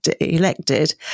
elected